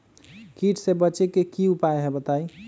कीट से बचे के की उपाय हैं बताई?